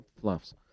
fluffs